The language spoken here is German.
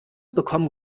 bekommen